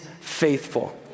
faithful